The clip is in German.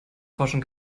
groschen